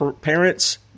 parents